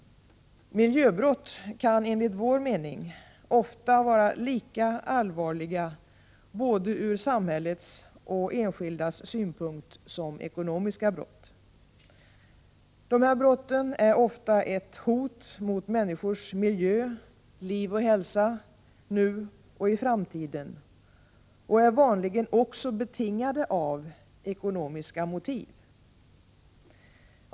Miljöbrott kan enligt vår mening ofta vara lika allvarliga ur både samhällets och enskildas synpunkt som ekonomiska brott. Dessa brott är ofta ett hot mot människors miljö, liv och hälsa nu och i framtiden och är vanligen också betingade av ekonomiska motiv.